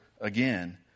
again